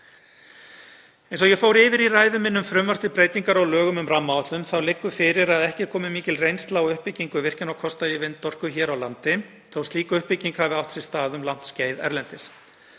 Eins og ég fór yfir í ræðu minni um frumvarp til breytinga á lögum um rammaáætlun þá liggur fyrir að ekki er komin mikil reynsla á uppbyggingu virkjunarkosta í vindorku hér á landi þó slík uppbygging hafi átt sér stað um langt skeið erlendis.